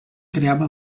creava